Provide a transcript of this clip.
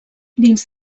dins